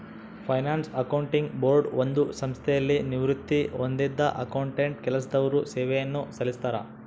finance accounting board ಒಂದು ಸಂಸ್ಥೆಯಲ್ಲಿ ನಿವೃತ್ತಿ ಹೊಂದಿದ್ದ ಅಕೌಂಟೆಂಟ್ ಕೆಲಸದವರು ಸೇವೆಯನ್ನು ಸಲ್ಲಿಸ್ತರ